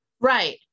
Right